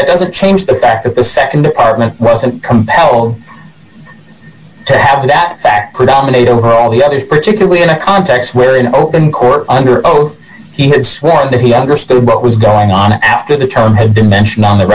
that doesn't change the fact that the nd argument wasn't compelled to have that fact predominate over all the others particularly in a context where in open court under oath he had sworn that he understood what was going on after the term had been mentioned on the